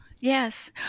Yes